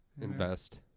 Invest